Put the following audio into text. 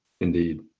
indeed